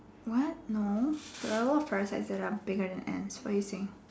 what no there are a lot of parasites that are bigger than ants what are you saying